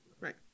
Right